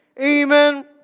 Amen